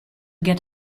get